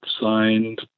signed